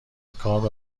کار